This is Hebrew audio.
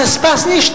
זה "עס פאס נישט",